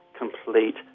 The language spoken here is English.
Complete